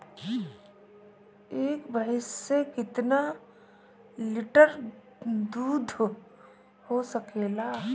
एक भइस से कितना लिटर दूध हो सकेला?